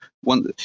one